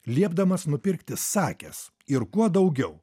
liepdamas nupirkti sakės ir kuo daugiau